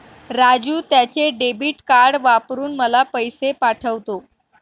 राजू त्याचे debit card वापरून मला पैसे पाठवतो